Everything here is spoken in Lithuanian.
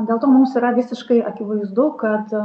dėl to mums yra visiškai akivaizdu kad